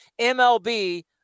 MLB